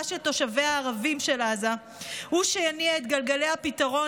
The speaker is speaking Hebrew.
של תושביה הערבים של עזה הוא שיניע את גלגלי הפתרון